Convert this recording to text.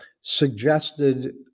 suggested